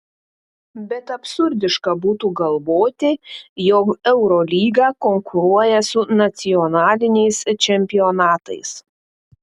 bet absurdiška būtų galvoti jog eurolyga konkuruoja su nacionaliniais čempionatais